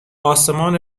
آسمان